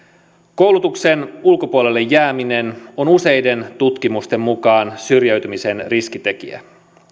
koulutuksen ulkopuolelle jääminen on useiden tutkimusten mukaan syrjäytymisen riskitekijä